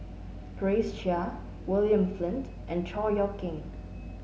Grace Chia William Flint and Chor Yeok Eng